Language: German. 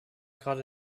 gerade